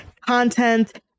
content